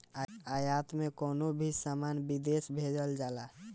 आयात में कवनो भी सामान विदेश भेजल जाला